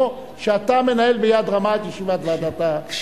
שאתה מנהל ביד רמה את ישיבת ועדת הביקורת.